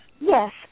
Yes